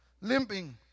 limping